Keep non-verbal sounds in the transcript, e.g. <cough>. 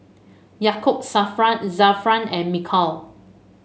Yaakob <unintelligible> Zafran and Mikhail